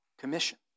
commission